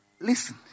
Listen